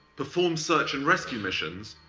perform search and rescue missions,